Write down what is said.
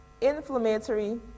inflammatory